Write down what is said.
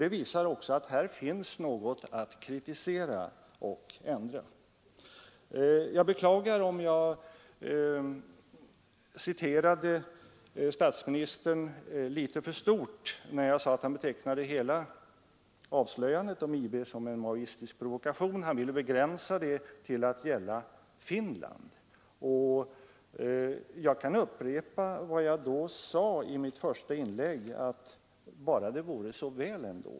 Det visar också att här finns något att kritisera och ändra. Jag beklagar om jag citerade statsministern för allmänt när jag sade att han betecknade hela avslöjandet om IB som en maoistisk provokation; han ville begränsa det till att gälla avslöjandena om IB:s verksamhet i Finland. Jag kan då upprepa vad jag sade i min första replik: Bara det vore så väl ändå!